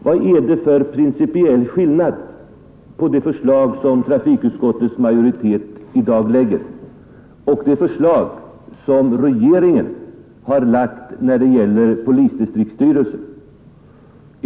Vad är det för principiell skillnad mellan det förslag som trafikutskottets majoritet i dag lägger fram och det förslag som regeringen har lagt fram om polisdistriktsstyrelser?